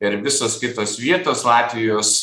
ir visos kitos vietos latvijos